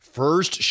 first